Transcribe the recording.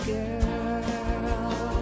girl